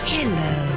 Hello